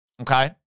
okay